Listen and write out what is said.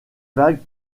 vagues